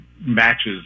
matches